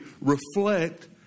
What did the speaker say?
reflect